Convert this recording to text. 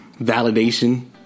validation